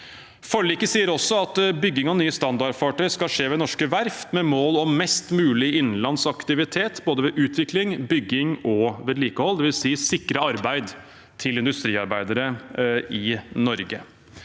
Forliket sier også at bygging av nye standardfartøyer skal skje ved norske verft med mål om mest mulig innenlandsaktivitet, både ved utvikling, bygging og vedlikehold, noe som vil si å sikre arbeid til industriarbeidere i Norge.